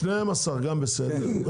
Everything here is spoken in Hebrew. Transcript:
אז 12, גם בסדר.